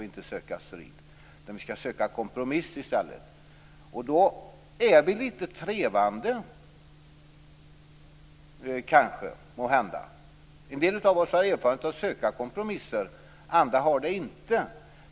Vi skall i stället söka kompromiss, och då är vi måhända lite trevande. En del av oss har erfarenhet av att söka kompromisser, andra har det inte.